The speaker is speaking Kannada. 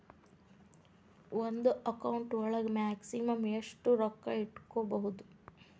ಒಂದು ಅಕೌಂಟ್ ಒಳಗ ಮ್ಯಾಕ್ಸಿಮಮ್ ಎಷ್ಟು ರೊಕ್ಕ ಇಟ್ಕೋಬಹುದು?